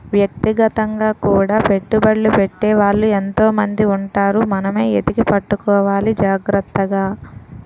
వ్యక్తిగతంగా కూడా పెట్టుబడ్లు పెట్టే వాళ్ళు ఎంతో మంది ఉంటారు మనమే ఎతికి పట్టుకోవాలి జాగ్రత్తగా